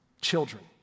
Children